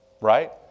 Right